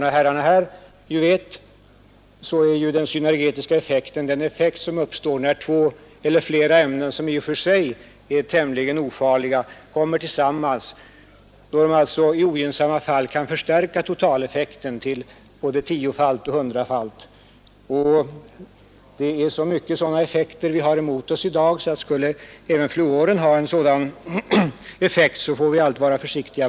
Som bekant är den synergetiska effekten den kombinationseffekt som uppstår när två eller flera ämnen, som i och för sig är tämligen ofarliga, kommer tillsammans och det i ogynnsamma fall kan resultera i en total effekt som är både tiooch kanske hundrafalt förstärkt. Vi utsätts för så många dylika effekter i dag, att vi har all anledning vara mycket försiktiga. Även fluor kan ha sådana effekter i ogynnsamma kombinationer.